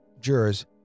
jurors